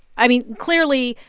i mean, clearly,